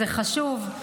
זה חשוב.